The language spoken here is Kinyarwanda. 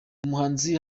umuhanzi